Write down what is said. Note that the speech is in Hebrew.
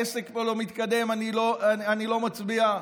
העסק פה לא מתקדם, אני לא מצביעה.